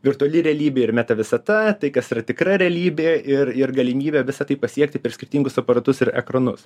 virtuali realybė ir meta visata tai kas yra tikra realybė ir ir galimybė visa tai pasiekti per skirtingus aparatus ir ekranus